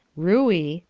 ruey,